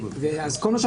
עם כל הכבוד לכנסת